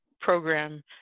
program